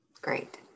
Great